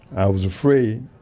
i was afraid,